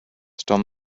stone